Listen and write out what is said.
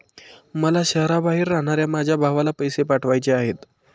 मला शहराबाहेर राहणाऱ्या माझ्या भावाला पैसे पाठवायचे आहेत